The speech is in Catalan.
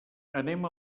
anem